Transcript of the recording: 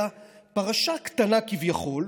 אלא פרשה קטנה כביכול,